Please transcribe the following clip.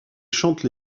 chante